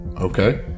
Okay